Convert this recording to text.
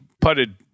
putted